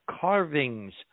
carvings